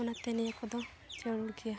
ᱚᱱᱟᱛᱮ ᱱᱤᱭᱟᱹ ᱠᱚᱫᱚ ᱡᱟᱹᱨᱩᱲ ᱜᱮᱭᱟ